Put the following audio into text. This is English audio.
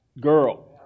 Girl